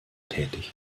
tätig